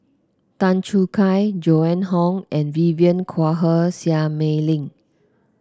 Tan Choo Kai Joan Hon and Vivien Quahe Seah Mei Lin